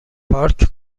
پارک